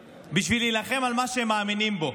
בשביל להילחם על מה שהם מאמינים בו.